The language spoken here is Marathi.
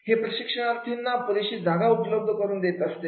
हे प्रशिक्षणार्थींना पुरेशी जागा उपलब्ध करून देत असते